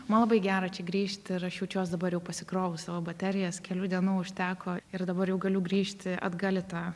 man labai gera čia grįžti ir aš jaučiuos dabar jau pasikrovus savo baterijas kelių dienų užteko ir dabar jau galiu grįžti atgal į tą